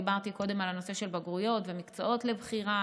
דיברתי קודם על הנושא של בגרויות ומקצועות לבחירה